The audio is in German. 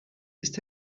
ist